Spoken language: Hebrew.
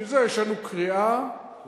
בשביל זה יש לנו קריאה ראשונה,